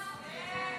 ההסתייגויות